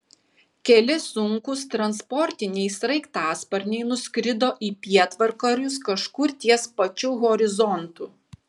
keli sunkūs transportiniai sraigtasparniai nuskrido į pietvakarius kažkur ties pačiu horizontu